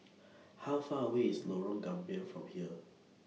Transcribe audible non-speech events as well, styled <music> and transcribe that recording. <noise> How Far away IS Lorong Gambir from here